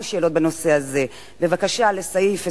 שאלות בנושא הזה בבקשה לסעיף 28(א)